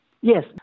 Yes